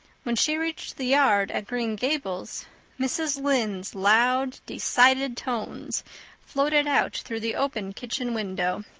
when she reached the yard at green gables mrs. lynde's loud, decided tones floated out through the open kitchen window.